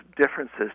differences